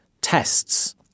tests